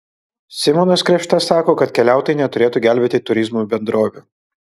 simonas krėpšta sako kad keliautojai neturėtų gelbėti turizmo bendrovių